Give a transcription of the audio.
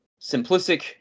simplistic